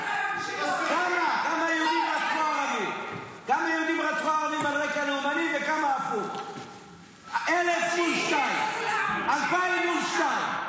כמה יהודים רצחו ערבים וכמה ערבים רצחו יהודים?